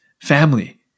family